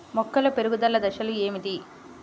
మొక్కల పెరుగుదల దశలు ఏమిటి?